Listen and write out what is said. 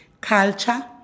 culture